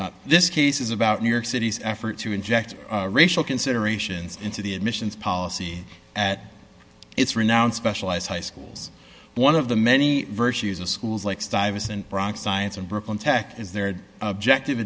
education this case is about new york city's effort to inject racial considerations into the admissions policy at its renowned specialized high schools one of the many virtues of schools like stuyvesant bronx science and brooklyn tech is their objective